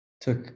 took